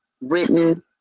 written